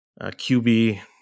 QB